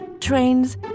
Trains